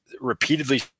repeatedly